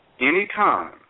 Anytime